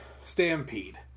Stampede